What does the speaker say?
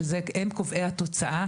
שהם קובעי התוצאה,